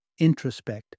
introspect